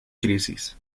crisis